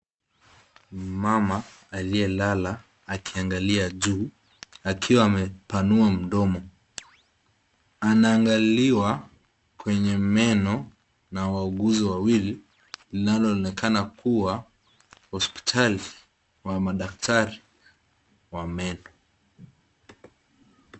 Mama aliyelala akiangalia juu akiwa amepanua mdomo anaangaliwa kwenye meno na wauguzi wawili linaloonekana kuwa hospitali wa madaktari wa meno.